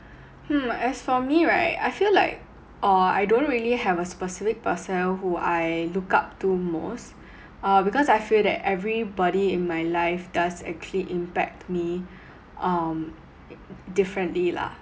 hmm as for me right I feel like or I don't really have a specific person who I look up to most uh because I feel that everybody in my life does actually impact me um differently lah